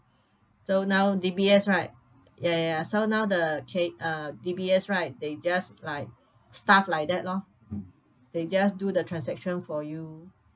so now D_B_S right ya ya ya so now the kay uh D_B_S right they just like staff like that lor they just do the transaction for you